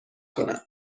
کنم